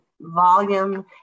volume